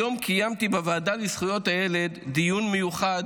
היום קיימתי בוועדה לזכויות הילד דיון מיוחד,